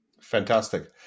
Fantastic